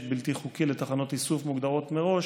בלתי חוקי לתחנות איסוף מוגדרות מראש